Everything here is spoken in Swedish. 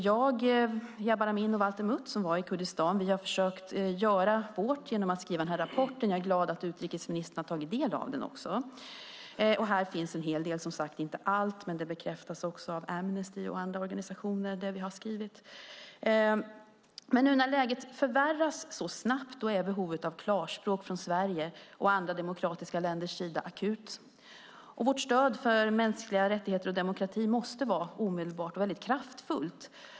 Jag, Jabar Amin och Valter Mutt, som var i Kurdistan, har försökt göra vårt genom att skriva den rapport som jag håller i min hand. Jag är glad att utrikesministern har tagit del av den. I rapporten finns en hel del, som sagt inte allt, men det vi har skrivit bekräftas också av Amnesty och andra organisationer. Nu när läget förvärras så snabbt är behovet av klarspråk från Sveriges och andra demokratiska länders sida akut. Vårt stöd för mänskliga rättigheter och demokrati måste vara omedelbart och väldigt kraftfullt.